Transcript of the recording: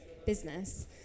Business